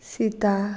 सिता